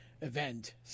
event